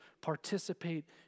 participate